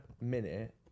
minute